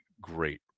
great